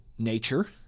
nature